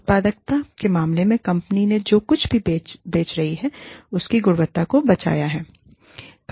उत्पादकता के मामले में कंपनी ने जो कुछ भी बेच रही है उसकी गुणवत्ता को बचाया है